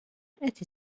qed